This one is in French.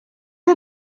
est